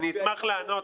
אני אשמח לענות,